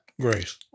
Grace